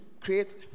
create